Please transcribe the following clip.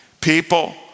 People